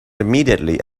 immediately